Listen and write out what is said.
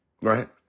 right